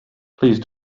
please